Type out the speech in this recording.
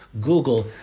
Google